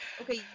Okay